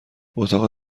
اتاق